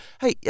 Hey